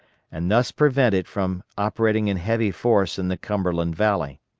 and thus prevent it from operating in heavy force in the cumberland valley.